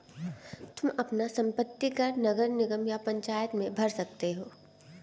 तुम अपना संपत्ति कर नगर निगम या पंचायत में भर सकते हो